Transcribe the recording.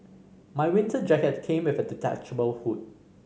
my winter jacket came with a detachable hood